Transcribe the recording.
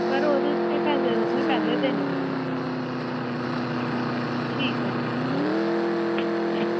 पर ओह्दे पैसे तुसें पैह्लें देने पौने ठीक ऐ जी